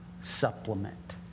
supplement